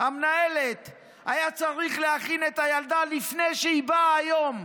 המנהלת: היה צריך להכין את הילדה לפני שהיא באה היום.